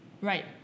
Right